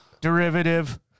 derivative